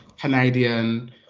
Canadian